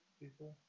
people